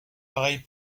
pareille